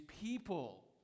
people